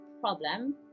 problem